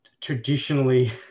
traditionally